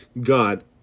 God